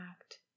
act